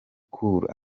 cool